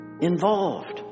involved